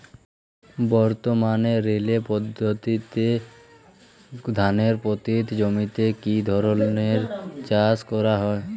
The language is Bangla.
বর্তমানে রিলে পদ্ধতিতে ধানের পতিত জমিতে কী ধরনের চাষ করা হয়?